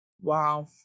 Wow